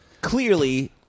Clearly